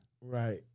Right